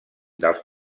dels